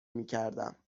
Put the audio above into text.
میکردم